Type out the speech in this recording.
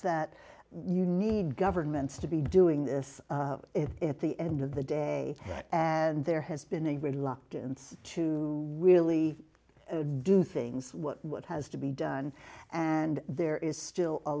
that you need governments to be doing this it at the end of the day and there has been a reluctance to really do things what has to be done and there is still a